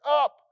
up